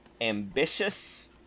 Ambitious